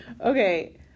Okay